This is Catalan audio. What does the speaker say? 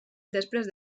després